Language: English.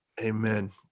Amen